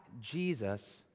Jesus